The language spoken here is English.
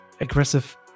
aggressive